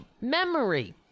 memory